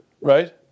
right